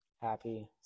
happy